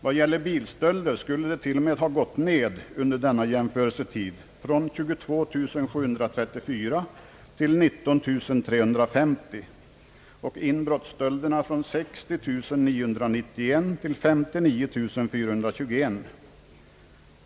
Vad gäller bilstölder skulle dessa t.o.m. under denna tid ha minskat från 22 734 till 19 350 och inbrottsstölderna från 60 991 till 59 421.